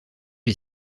est